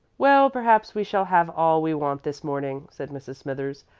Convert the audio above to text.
well, perhaps we shall have all we want this morning, said mrs. smithers.